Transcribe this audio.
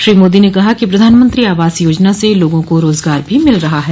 श्री मोदी ने कहा कि प्रधानमंत्री आवास योजना से लोगों को रोजगार भी मिल रहा है